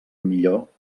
millor